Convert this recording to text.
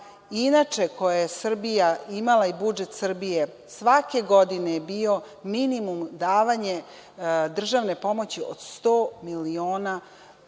inače koje je Srbija imala i budžet Srbije, svake godine je bio minimum davanje državne pomoći od 100 miliona evra.